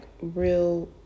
real